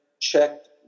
checked